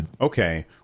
okay